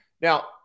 now